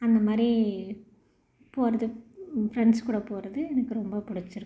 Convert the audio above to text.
அந்தமாதிரி போவது ஃப்ரெண்ட்ஸ் கூட போவது எனக்கு ரொம்ப பிடிச்சிருக்கும்